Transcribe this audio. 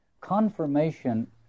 Confirmation